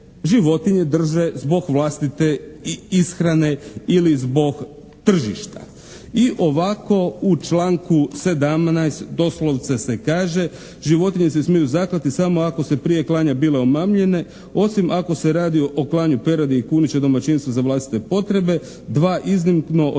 životinje drže zbog vlastite i ishrane ili zbog tržišta. I ovako u članku 17. doslovce se kaže: «Životinje se smiju zaklati samo ako su prije klanja bile omamljene osim ako se radi o klanju peradi i kunića u domaćinstvu za vlastite potrebe. Dva iznimno od